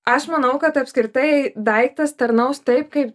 aš manau kad apskritai daiktas tarnaus taip kaip